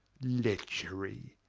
lechery,